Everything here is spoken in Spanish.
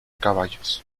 caballos